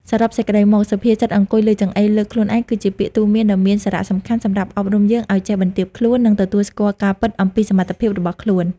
សរុបសេចក្ដីមក សុភាសិត អង្គុយលើចង្អេរ លើកខ្លួនឯង គឺជាពាក្យទូន្មានដ៏មានសារៈសំខាន់សម្រាប់អប់រំយើងឱ្យចេះបន្ទាបខ្លួន និងទទួលស្គាល់ការពិតអំពីសមត្ថភាពរបស់ខ្លួន។